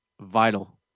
vital